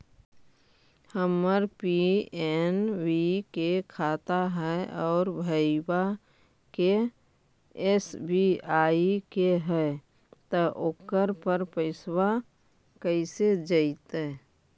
हमर पी.एन.बी के खाता है और भईवा के एस.बी.आई के है त ओकर पर पैसबा कैसे जइतै?